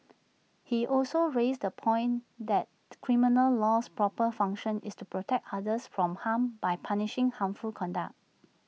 he also raised the point that criminal law's proper function is to protect others from harm by punishing harmful conduct